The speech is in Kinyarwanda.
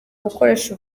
gukoresha